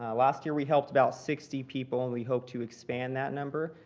last year we helped about sixty people and we hope to expand that number.